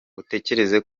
utekereza